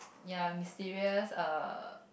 ya mysterious err